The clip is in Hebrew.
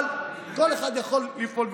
אבל כל אחד יכול לפעול ולעשות.